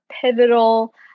pivotal